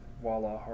Voila